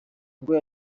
ubwo